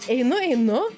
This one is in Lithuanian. einu einu